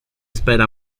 espera